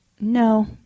No